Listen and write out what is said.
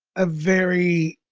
a very,